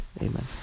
Amen